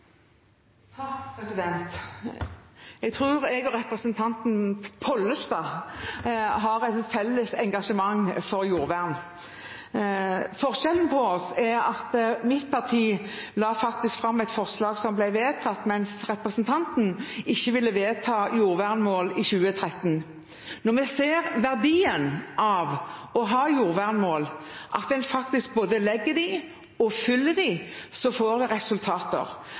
Jeg tror jeg og representanten Pollestad har et felles engasjement for jordvern. Forskjellen på oss er at mitt parti faktisk la fram et forslag som ble vedtatt, mens representanten ikke ville vedta jordvernmål i 2013. Når vi ser verdien av å ha jordvernmål, at man faktisk både legger dem og fyller dem, får man resultater.